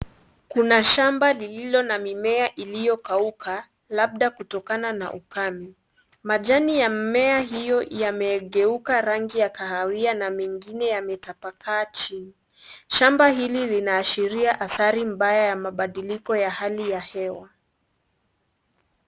Kuna shamba ilio na mimea iliyo kauka, labda kutokana na ukame, majani ya mimea hiyo yamegeuka rangi ya kahawia na miingine, yametapakaa chini, shamba hili lina ashiria athari mbaya ya mabadiliko ya hewa.